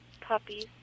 puppies